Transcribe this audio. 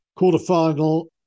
Quarter-final